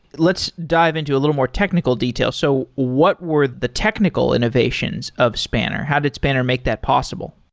let's dive into a little more technical detail. so what were the technical innovations of spanner? how did spanner make that possible?